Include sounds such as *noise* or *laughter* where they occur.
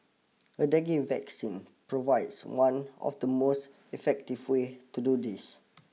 *noise* a dengue vaccine provides one of the most effective way to do this